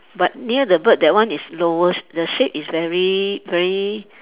but near the bird that one is lowest the shade is very very